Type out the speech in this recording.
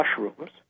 mushrooms